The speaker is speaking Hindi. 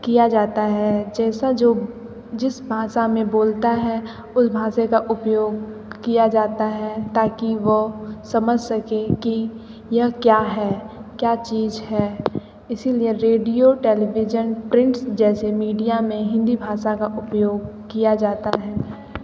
किया जाता है जैसा जो जिस भाषा में बोलता है उस भाषा का उपयोग किया जाता है ताकि वह समझ सके कि यह क्या है क्या चीज़ है इसी लिए रेडियो टेलीविजन प्रिंट जैसे मीडिया में हिंदी भाषा का उपयोग किया जाता है